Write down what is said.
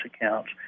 accounts